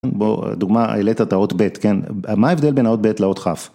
בוא, אה... דוגמה, העלית, את האות בית, כן? מה ההבדל בין האות בית לאות כף?